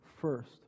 first